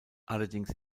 allerdings